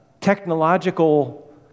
technological